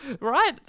right